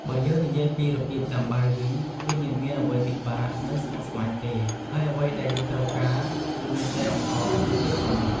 បើយើងនិយាយពីរបៀបដាំបាយវិញ គឺមិនមានអ្វីពិបាក និងស្មុគស្មាញទេ ហើយអ្វីដែលយើងត្រូវការគឺមានតែអង្ករ និង ទឹកប៉ុណ្ណោះ។